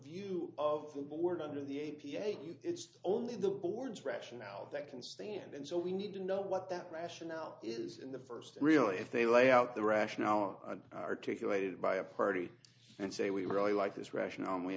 review of the board under the a p a you it's only the board's rationale that can stand and so we need to know what that rationale is in the first really if they lay out the rationale and articulated by a party and say we really like this rationale